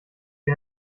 wie